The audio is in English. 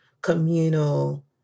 communal